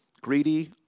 greedy